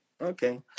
Okay